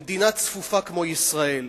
במדינה צפופה כמו ישראל,